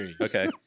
Okay